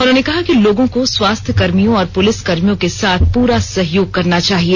उन्होंने कहा कि लोगों को स्वास्थ्यकर्भियों और पुलिसकर्भियों के साथ पूरा सहयोग करना चाहिए